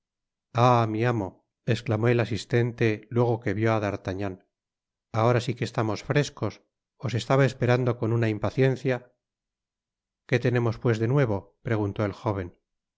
ah mi amo esclamó el asistente luego que vió á d'artagnan ahora si que estamos frescos os estaba esperando con una impaciencia qué tenemos pues de nuevo preguntó el jóven